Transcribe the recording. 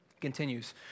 Continues